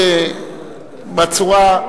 בבקשה,